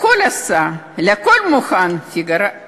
הכול עשה, לכול מוכן, פיגארו.